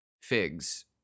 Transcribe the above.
figs